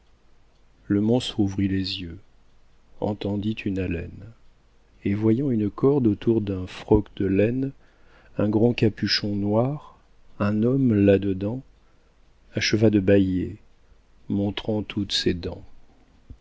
le monstre ouvrit les yeux entendit une haleine et voyant une corde autour d'un froc de laine un grand capuchon noir un homme là dedans acheva de bâiller montrant toutes ses dents